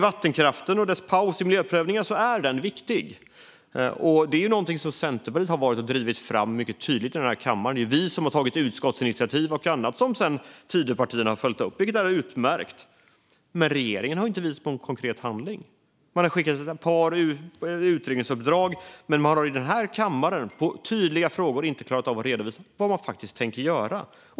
Pausen i miljöprövningen av vattenkraft är viktig. Centerpartiet har tydligt drivit på för denna här i kammaren. Vi har tagit utskottsinitiativ och annat som Tidöpartierna följt upp, vilket är utmärkt. Men regeringen har inte gjort något konkret. Man har skickat ut ett par utredningsuppdrag men inte kunnat besvara tydliga frågor om vad man faktiskt tänker göra.